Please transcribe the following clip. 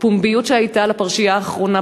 הפומביות שהייתה בפרשייה האחרונה,